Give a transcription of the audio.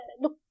look